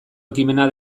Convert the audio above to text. ekimena